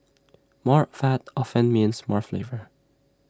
more fat often means more flavour